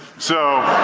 so.